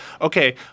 okay